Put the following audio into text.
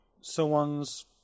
someone's